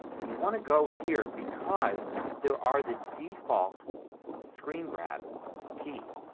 and you want to go here because there are the default screen grab keys.